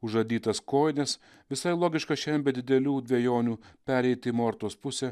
užadytas kojines visai logiška šiandien be didelių dvejonių pereiti į mortos pusę